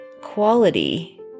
quality